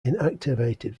inactivated